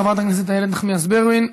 חברת הכנסת איילת נחמיאס ורבין,